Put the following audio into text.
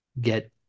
get